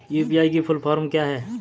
UPI की full form क्या है?